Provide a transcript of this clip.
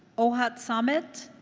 ohad samet?